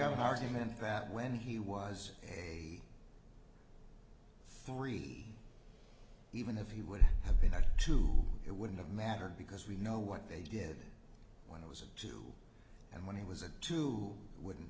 have an argument that when he was a three even if he would have been at two it wouldn't have mattered because we know what they did when it was a two and when he was a two wouldn't